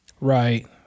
Right